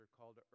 called